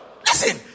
Listen